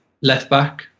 left-back